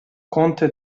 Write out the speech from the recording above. konnte